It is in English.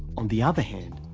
on the other hand,